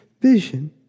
vision